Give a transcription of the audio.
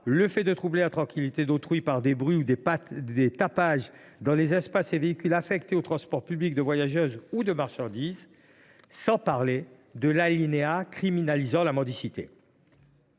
le fait de troubler la tranquillité d’autrui par des bruits ou des tapages dans les espaces et véhicules affectés au transport public de voyageurs ou de marchandises, sans parler de l’alinéa criminalisant la mendicité